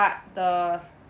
but the